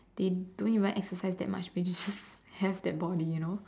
thin don't even exercise that much but they just have that body you know